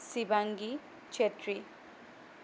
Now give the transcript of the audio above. Shivangi Chetri